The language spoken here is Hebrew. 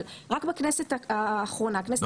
אבל רק בכנסת האחרונה, כנסת ה-24.